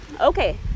Okay